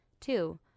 Two